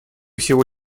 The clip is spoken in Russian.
всего